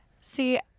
See